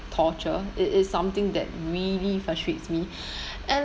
torture it is something that really frustrates me and